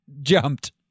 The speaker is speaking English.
jumped